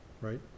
right